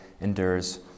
endures